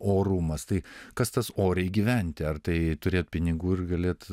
orumas tai kas tas oriai gyventi ar tai turėt pinigų ir galėt